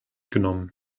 genommen